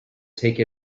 take